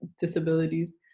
disabilities